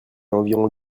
environ